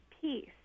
peace